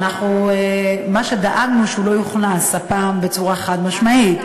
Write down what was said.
מה שדאגנו, שהוא לא יוכנס, הפעם בצורה חד-משמעית.